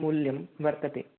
मूल्यं वर्तते